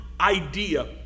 idea